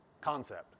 concept